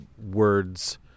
words